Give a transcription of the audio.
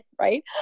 right